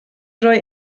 roi